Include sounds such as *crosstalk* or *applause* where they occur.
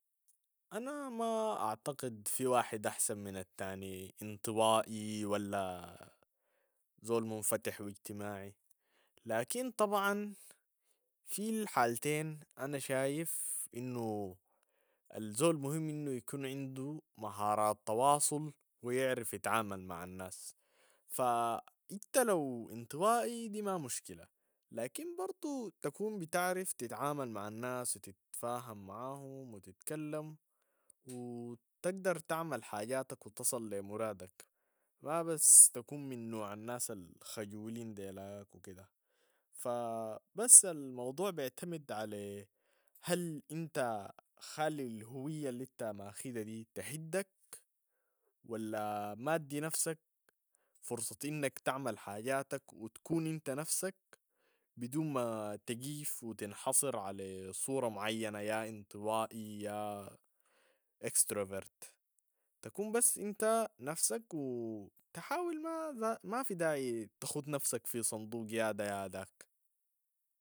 انا ما اعتقد في واحد احسن من التاني، انطوائي ولا *hesitation* زول منفتح و اجتماعي، لكن طبعا في الحالتين انا شايف انو الزول مهم انو يكون عندو مهارات تواصل و يعرف يتعامل مع الناس ف- *hesitation* انت لو انطوائي دي ما مشكلة، لكن برضو تكون بتعرف تتعامل مع الناس و تتفاهم معاهم و تتكلم و تقدر تعمل حاجاتك و تصل لي مرادك، ما بس تكون من نوع الناس الخيولين ديلاك وكده ف- *hesitation* بس الموضوع بعتمد على هل انت خالي الهوية الانت ماخدها دي تحدك ولا مادي نفسك فرصة انك تعمل حاجاتك و تكون انت نفسك بدون ما تقيف و تنحصر على صورة معينة يا انت انطوائي يا- extrovert، تكون بس انت نفسك و تحاول ما ذا- ما في داعي تخد نفسك في صندوق ياده يا داك.